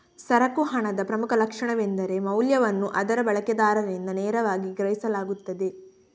ಸರಕು ಹಣದ ಪ್ರಮುಖ ಲಕ್ಷಣವೆಂದರೆ ಮೌಲ್ಯವನ್ನು ಅದರ ಬಳಕೆದಾರರಿಂದ ನೇರವಾಗಿ ಗ್ರಹಿಸಲಾಗುತ್ತದೆ